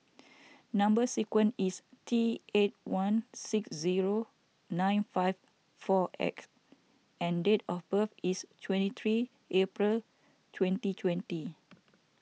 Number Sequence is T eight one six zero nine five four X and date of birth is twenty three April twenty twenty